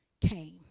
came